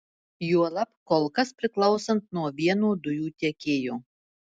juolab kol kas priklausant nuo vieno dujų tiekėjo